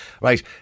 right